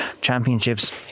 championships